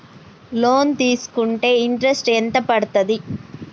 Loan తీస్కుంటే interest ఎంత పడ్తది?